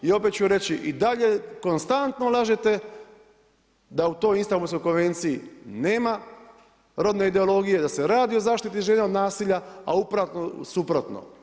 I opet ću reći i dalje konstantno lažete da u toj Istanbulskoj konvenciji nema rodne ideologije, da se radi o zaštiti žena od nasilja a upravo suprotno.